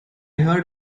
heard